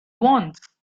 wants